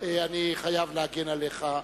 חבר הכנסת סוייד, אני חייב להגן עליך.